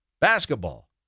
Basketball